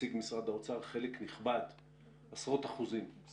שהציג משרד האוצר, זה הלוואות